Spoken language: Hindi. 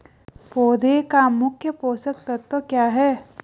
पौधें का मुख्य पोषक तत्व क्या है?